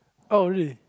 oh really